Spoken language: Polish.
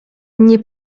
nie